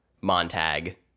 Montag